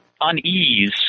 unease